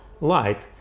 light